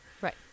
Right